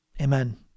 Amen